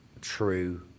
true